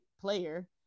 player